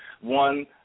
One